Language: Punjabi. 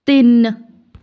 ਤਿੰਨ